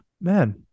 man